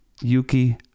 Yuki